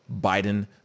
Biden